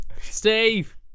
Steve